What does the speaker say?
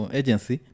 agency